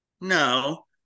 No